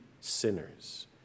sinners